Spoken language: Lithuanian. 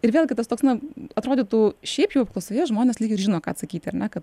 ir vėlgi tas toks na atrodytų šiaip jau apklausoje žmonės lyg ir žino ką atsakyti ar ne kad